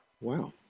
Wow